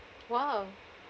!wow!